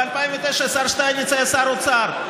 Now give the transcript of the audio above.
ב-2009 השר שטייניץ היה שר האוצר.